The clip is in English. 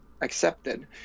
accepted